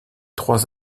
trois